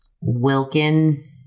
Wilkin